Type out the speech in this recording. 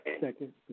Second